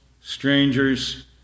strangers